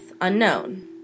unknown